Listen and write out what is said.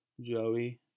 Joey